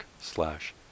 slash